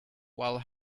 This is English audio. while